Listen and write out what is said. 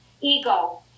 ego